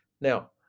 Now